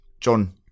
John